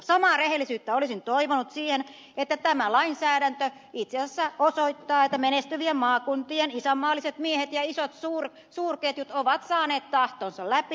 samaa rehellisyyttä olisin toivonut siihen että tämä lainsäädäntö itse asiassa osoittaa että menestyvien maakuntien isänmaalliset miehet ja isot suurketjut ovat saaneet tahtonsa läpi